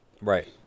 Right